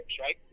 right